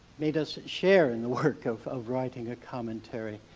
made us share in the work of of writing a commentary.